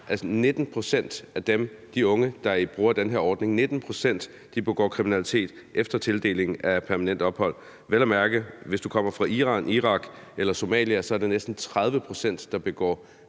19 pct. af de unge, der bruger den her ordning, begår kriminalitet efter tildelingen af permanent ophold, men hvis du vel at mærke kommer fra Iran, Irak eller Somalia, er det næsten 30 pct., der begår